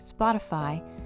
Spotify